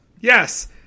yes